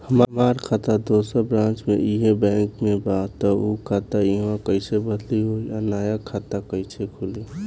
हमार खाता दोसर ब्रांच में इहे बैंक के बा त उ खाता इहवा कइसे बदली होई आ नया खाता कइसे खुली?